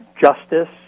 justice